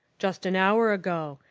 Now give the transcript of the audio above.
just an hour ago.